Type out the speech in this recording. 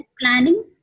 planning